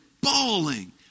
bawling